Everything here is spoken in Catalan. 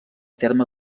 terme